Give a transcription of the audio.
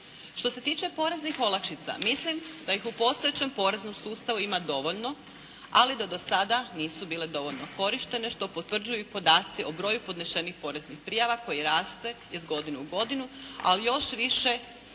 Što se tiče poreznih olakšica mislim da ih u postojećem poreznom sustavu ima dovoljno ali da do sada nisu bile dovoljno korištenje što potvrđuju i podaci o broju podnesenih poreznih prijava koji raste iz godine u godinu ali još više